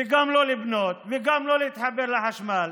גם לא לבנות וגם לא להתחבר לחשמל,